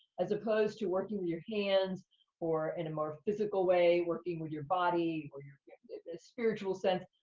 as opposed to working with your hands or in a more physical way, working with your body or your spiritual sense.